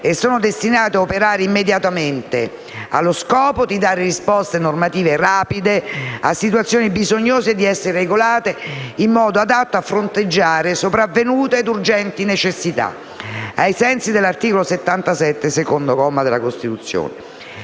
e sono destinati a operare immediatamente allo scopo di dare risposte normative rapide a situazioni bisognose di essere regolate in modo adatto a fronteggiare sopravvenute e urgenti necessità, ai sensi dell'articolo 77, secondo comma, della Costituzione.